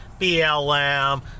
BLM